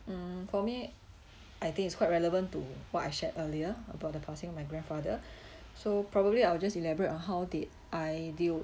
mm for me I think it's quite relevant to what I shared earlier about the passing of my grandfather so probably I will just elaborate on how did I deal